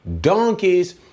donkeys